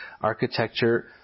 architecture